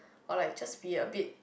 or like just be a bit